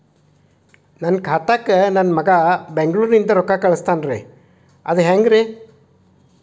ನನ್ನ ಖಾತಾಕ್ಕ ನನ್ನ ಮಗಾ ಬೆಂಗಳೂರನಿಂದ ರೊಕ್ಕ ಕಳಸ್ತಾನ್ರಿ ಅದ ಹೆಂಗ್ರಿ?